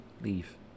leave